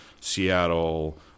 Seattle